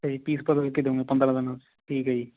ਅੱਛਾ ਜੀ ਪੀਸ ਬਦਲ ਕੇ ਦਉਂਗੇ ਪੰਦਰਾਂ ਦਿਨਾਂ 'ਚ ਠੀਕ ਹੈ ਜੀ